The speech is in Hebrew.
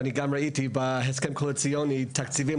ואני גם ראיתי בהסכם הקואליציוני תקציבים